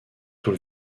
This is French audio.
tout